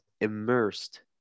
immersed